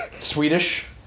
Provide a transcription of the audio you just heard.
Swedish